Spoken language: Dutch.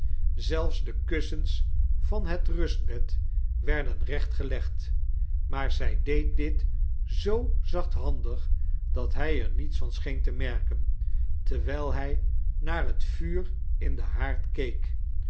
zelfs de kussens van het rustbed werden recht gelegd maar zij deed dit zoo zachthandig dat hij er niets van scheen te merken terwijl hij naar het vuur in den haaxd